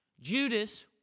Judas